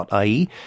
.ie